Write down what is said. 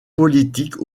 politique